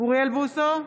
אוריאל בוסו,